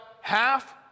half